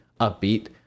upbeat